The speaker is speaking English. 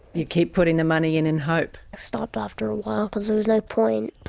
you keep putting the money in, in hope? i stopped after a while because there was no point.